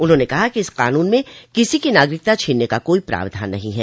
उन्होंने कहा कि इस कानून में किसी की नागरिकता छीनने का कोई प्रावधान नहीं है